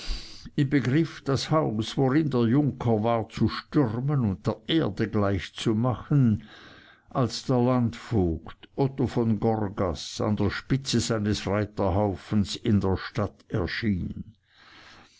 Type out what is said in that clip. im begriff das haus worin der junker war zu stürmen und der erde gleich zu machen als der landvogt otto von gorgas an der spitze seines reuterhaufens in der stadt erschien